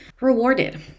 rewarded